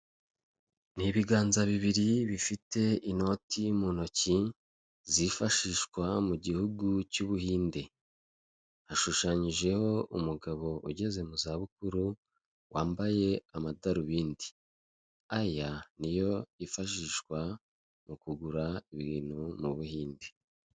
N'ibiganza bibiri bifite inoti mu ntoki zifashishwa mu gihugu cy'Ubuhinde, hashushanyijeho umugabo ugeze mu za bukuru wambaye amadarubindi, aya niyo yifashishwa mu kugura ibintu m'Ubuhinde.